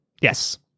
Yes